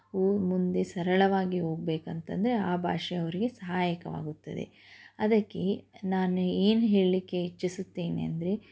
ವೂ ಮುಂದೆ ಸರಳವಾಗಿ ಹೋಗ್ಬೇಕಂತಂದ್ರೆ ಆ ಭಾಷೆ ಅವರಿಗೆ ಸಹಾಯಕವಾಗುತ್ತದೆ ಅದಕ್ಕೆ ನಾನು ಏನು ಹೇಳಲಿಕ್ಕೆ ಇಚ್ಛಿಸುತ್ತೇನೆ ಅಂದರೆ